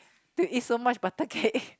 to eat so much butter cake